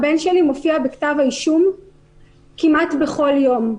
הבן שלי מופיע בכתב האישום כמעט בכל יום.